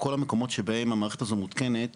בכל המקומות שבהם המערכת הזאת מותקנת